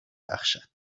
بخشد